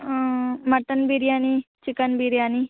ಹಾಂ mutton biryani chicken biryani